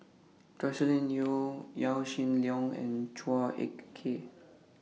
Joscelin Yeo Yaw Shin Leong and Chua Ek Kay